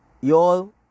Y'all